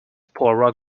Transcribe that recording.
poirot